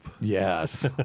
Yes